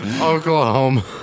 Oklahoma